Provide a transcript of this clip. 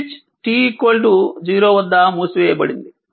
switch t 0 వద్ద మూసివేయబడింది